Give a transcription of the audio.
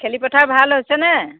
খেতি পথাৰ ভাল হৈছেনে